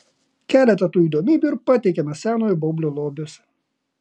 keletą tų įdomybių ir pateikiame senojo baublio lobiuose